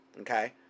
Okay